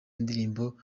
indirimbo